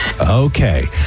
Okay